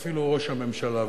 אפילו ראש הממשלה.